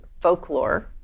folklore